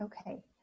Okay